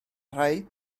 rhaid